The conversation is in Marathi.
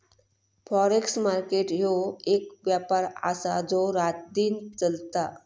फॉरेक्स मार्केट ह्यो एक व्यापार आसा जो रातदिन चलता